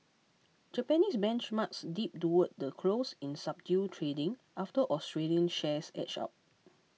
Japanese benchmarks dipped toward the close in subdued trading after Australian shares edged up